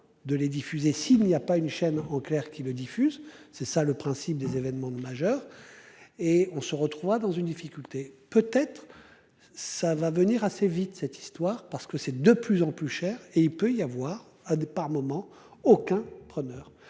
de les diffuser. S'il n'y a pas une chaîne en clair qui le diffuse, c'est ça le principe des événements majeurs. Et on se retrouvera dans une difficulté peut être. Ça va venir assez vite. Cette histoire parce que c'est de plus en plus cher et il peut y avoir à des par moments aucun preneur